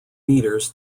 metres